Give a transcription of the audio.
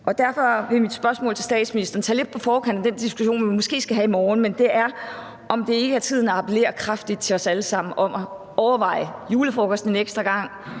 Derfor vil mit spørgsmål til statsministeren være lidt på forkant af den diskussion, vi måske skal have i morgen, men det er, om det ikke er tid at appellere kraftigt til os alle sammen om at overveje julefrokosten en ekstra gang,